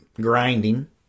grinding